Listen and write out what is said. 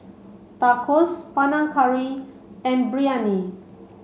Tacos Panang Curry and Biryani